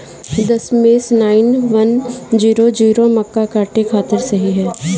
दशमेश nine one zero zero मक्का काटे खातिर सही ह?